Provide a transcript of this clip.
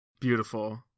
Beautiful